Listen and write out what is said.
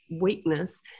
weakness